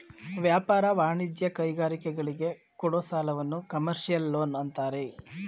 ವ್ಯಾಪಾರ, ವಾಣಿಜ್ಯ, ಕೈಗಾರಿಕೆಗಳಿಗೆ ಕೊಡೋ ಸಾಲವನ್ನು ಕಮರ್ಷಿಯಲ್ ಲೋನ್ ಅಂತಾರೆ